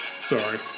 Sorry